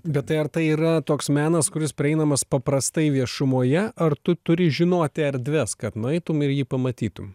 bet tai ar tai yra toks menas kuris prieinamas paprastai viešumoje ar tu turi žinoti erdves kad nueitum ir jį pamatytum